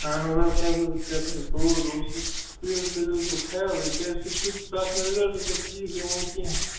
اہن حظ آ تَس اوس کیتھانۍ دود اوسُس تُہۍ حظ تھٲے زیووَس وۄنۍ خیالٕے کیازِ سُہ چھُ تَس چھُنہٕ رِزَلٹ تہِ ٹھیٖک یوان کیٚنٛہہ